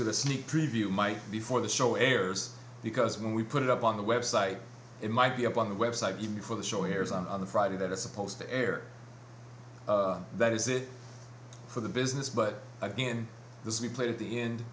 a sneak preview mike before the show airs because when we put it up on the website it might be up on the website even before the show airs on the friday that is supposed to air that is it for the business but again this we play at the end